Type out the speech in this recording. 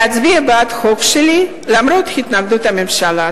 להצביע בעד החוק שלי למרות התנגדות הממשלה.